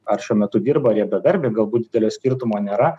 ar šiuo metu dirba ar jie bedarbiai galbūt didelio skirtumo nėra